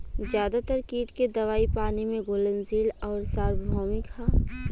ज्यादातर कीट के दवाई पानी में घुलनशील आउर सार्वभौमिक ह?